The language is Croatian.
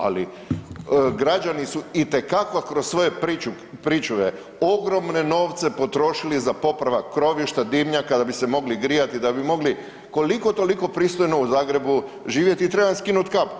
Ali građani su itekako kroz svoje pričuve ogromne novce potrošili za popravak krovišta, dimnjaka da bi se mogli grijati da bi mogli koliko toliko pristojno u Zagrebu živjeti i treba im skinuti kapu.